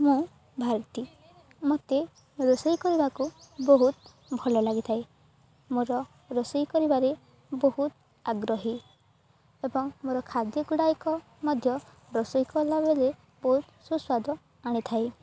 ମୁଁ ଭାରତୀ ମତେ ରୋଷେଇ କରିବାକୁ ବହୁତ ଭଲ ଲାଗିଥାଏ ମୋର ରୋଷେଇ କରିବାରେ ବହୁତ ଆଗ୍ରହୀ ଏବଂ ମୋର ଖାଦ୍ୟ ଗୁଡ଼ାକ ଏକ ମଧ୍ୟ ରୋଷେଇ କଲାବେଳେ ବହୁତ ସୁସ୍ୱାଦ ଆଣିଥାଏ